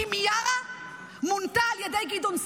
כי מיארה מונתה על ידי גדעון סער,